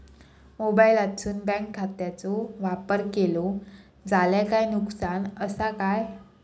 मोबाईलातसून बँक खात्याचो वापर केलो जाल्या काय नुकसान असा काय?